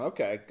Okay